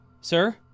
sir